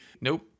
nope